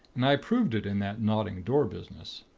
and i proved it in that nodding door business.